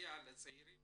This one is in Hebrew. ויסייע לצעירים